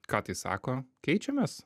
ką tai sako keičiamės